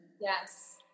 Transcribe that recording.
Yes